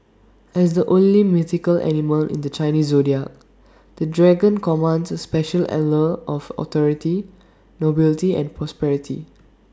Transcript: as the only mythical animal in the Chinese Zodiac the dragon commands A special allure of authority nobility and prosperity